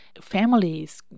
families